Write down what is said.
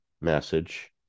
message